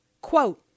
Quote